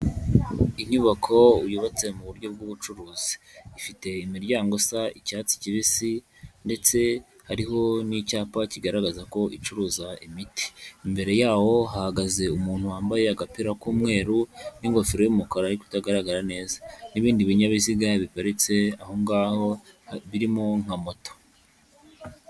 Inyubako yubatse mu buryo bw'ubucuruzi, ifite imiryango isa icyatsi kibisi ndetse hariho n'icyapa kigaragaza ko icuruza imiti. Imbere yawo hahagaze umuntu wambaye agapira k'umweru n'ingofero y'umukara ariko utagaragara neza n'ibindi binyabiziga biparitse aho ngaho birimo nka moto.